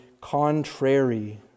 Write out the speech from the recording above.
contrary